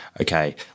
okay